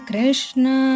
Krishna